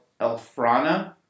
Elfrana